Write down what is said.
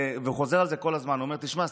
וחוזר על זה כל הזמן: תשמע,